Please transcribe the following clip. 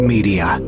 Media